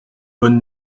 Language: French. bonne